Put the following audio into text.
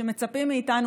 שמצפים מאיתנו,